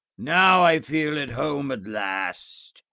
now i feel at home at last.